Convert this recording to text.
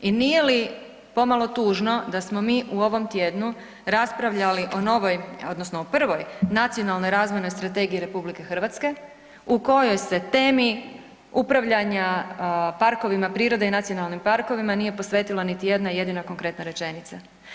I nije li pomalo tužno da smo mi u ovom tjednu raspravljali o novoj odnosno o prvoj Nacionalnoj razvojnoj strategiji RH u kojoj se temi upravljanja parkovima prirode i nacionalnim parkovima nije posvetila niti jedna jedina konkretna rečenica.